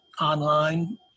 online